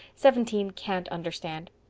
seventeen can't understand.